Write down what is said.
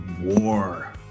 War